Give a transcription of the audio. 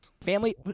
family